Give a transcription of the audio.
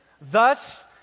Thus